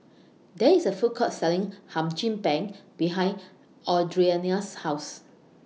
There IS A Food Court Selling Hum Chim Peng behind Audriana's House